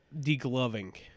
Degloving